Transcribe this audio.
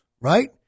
right